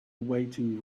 waiting